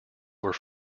were